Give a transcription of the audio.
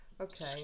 okay